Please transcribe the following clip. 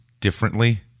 differently